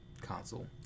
console